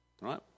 Right